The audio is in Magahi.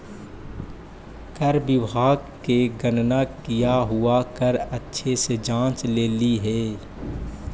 कर विभाग ने गणना किया हुआ कर अच्छे से जांच लेली हे